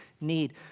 need